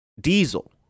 Diesel